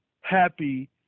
happy